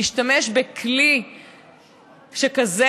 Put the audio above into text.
להשתמש בכלי שכזה,